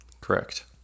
Correct